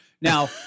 Now